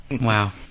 Wow